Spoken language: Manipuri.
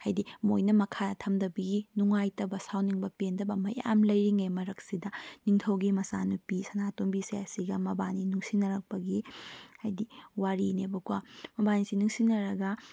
ꯍꯥꯏꯕꯗꯤ ꯃꯣꯏꯅ ꯃꯈꯥ ꯊꯝꯗꯕꯒꯤ ꯅꯨꯡꯉꯥꯏꯇꯕ ꯁꯥꯎꯅꯤꯡꯕ ꯄꯦꯟꯗꯕ ꯃꯌꯥꯝ ꯂꯩꯔꯤꯉꯩ ꯃꯔꯛꯁꯤꯗ ꯅꯤꯡꯊꯧꯒꯤ ꯃꯆꯥ ꯅꯨꯄꯤ ꯁꯥꯅꯥꯇꯣꯝꯕꯤꯁꯦ ꯑꯁꯤꯒ ꯃꯕꯥꯅꯤ ꯅꯨꯡꯁꯤꯅꯔꯛꯄꯒꯤ ꯍꯥꯏꯕꯗꯤ ꯋꯥꯔꯤꯅꯦꯕꯀꯣ ꯃꯕꯥꯅꯤꯁꯤ ꯅꯨꯡꯁꯤꯅꯔꯒ